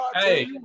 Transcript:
hey